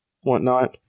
whatnot